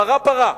פרה פרה.